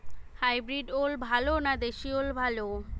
Hybrid ওল ভালো না দেশী ওল ভাল?